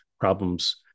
problems